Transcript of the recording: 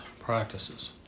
practices